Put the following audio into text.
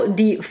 di